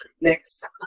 next